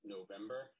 November